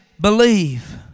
believe